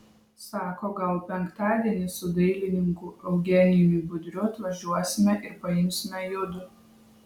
sako gal penktadienį su dailininku eugenijumi budriu atvažiuosime ir paimsime judu